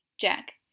Jack